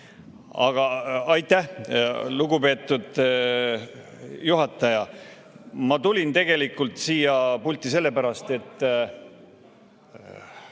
Aga aitäh, lugupeetud juhataja! Ma tulin tegelikult siia pulti sellepärast, et